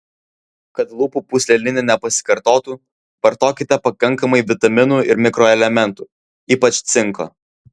kad lūpų pūslelinė nepasikartotų vartokite pakankamai vitaminų ir mikroelementų ypač cinko